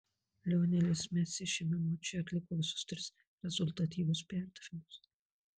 lionelis messi šiame mače atliko visus tris rezultatyvius perdavimus